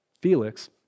Felix